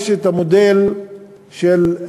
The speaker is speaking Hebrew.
יש מודל של,